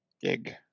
Gig